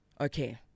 Okay